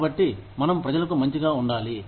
కాబట్టి మనం ప్రజలకు మంచిగా ఉండాలి